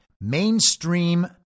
mainstream